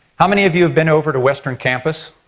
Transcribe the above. how many of you have been over to western campus?